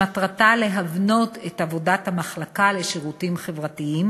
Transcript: שמטרתה להבנות את עבודת המחלקה לשירותים חברתיים